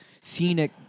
scenic